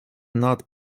not